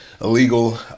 illegal